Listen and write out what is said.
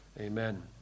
Amen